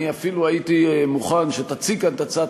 אני אפילו הייתי מוכן שתציג כאן את הצעת